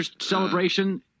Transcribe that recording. celebration